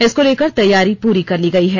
इसको लेकर तैयारी पूरी कर ली गई है